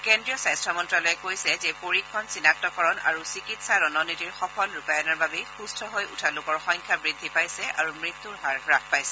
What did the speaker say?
কেন্দ্ৰীয় স্বাস্থ্য মন্ত্যালয়ে কৈছে যে পৰীক্ষণ চিনাক্তকৰণ আৰু চিকিৎসা ৰণনীতিৰ সফল ৰূপায়ণৰ বাবে সুস্থ হৈ উঠা লোকৰ সংখ্যা বৃদ্ধি পাইছে আৰু মৃত্যুৰ হাৰ হ্ৰাস পাইছে